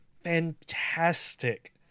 fantastic